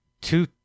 two